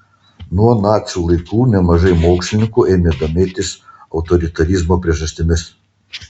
nuo nacių laikų nemažai mokslininkų ėmė domėtis autoritarizmo priežastimis